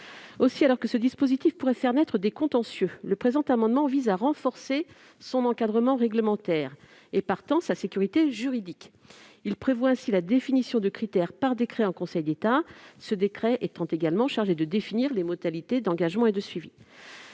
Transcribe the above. Aussi, alors que ce dispositif pourrait faire naître des contentieux, cet amendement vise à renforcer son encadrement réglementaire et, partant, sa sécurité juridique. Il prévoit ainsi la définition de critères par décret en Conseil d'État, ce décret étant également chargé de définir les modalités d'engagement et de suivi.